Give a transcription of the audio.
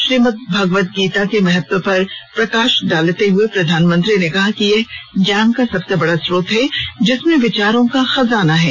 श्रीमदभगवदगीता के महत्व पर प्रकाश डालते हुए प्रधान मंत्री ने कहा यह ज्ञान का सबसे बड़ा स्रोत है जिसमें विचारों का खजाना है